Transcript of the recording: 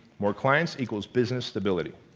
more clients equals business stability.